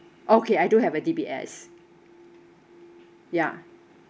okay I do have a D_B_S ya